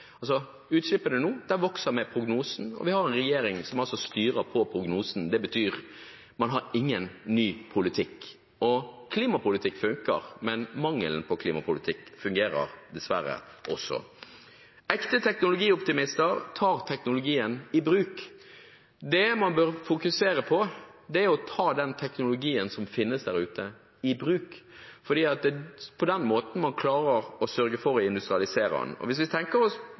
og vi har en regjering som altså styrer etter prognosen. Det betyr at man har ingen ny politikk – og klimapolitikk funker, men mangelen på klimapolitikk fungerer dessverre også. Ekte teknologioptimister tar teknologien i bruk. Det man bør fokusere på, er å ta den teknologien som finnes der ute, i bruk, fordi det er på den måten man klarer å industrialisere den. Og hvis vi tenker